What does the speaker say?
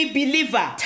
believer